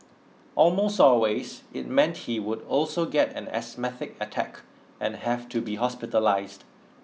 almost always it meant he would also get an asthmatic attack and have to be hospitalised